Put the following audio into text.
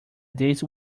days